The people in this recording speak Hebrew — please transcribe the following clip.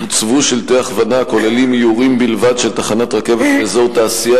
הוצבו שלטי הכוונה הכוללים איורים בלבד של תחנת רכבת ואזור תעשייה,